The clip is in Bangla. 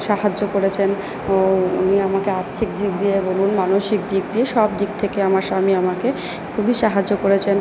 সাহায্য করেছেন উনি আমাকে আর্থিক দিক দিয়ে এবং মানসিক দিক দিয়ে সব দিক থেকে আমার স্বামী আমাকে খুবই সাহায্য করেছেন